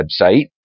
website